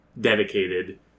dedicated